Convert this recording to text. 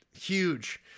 huge